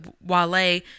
wale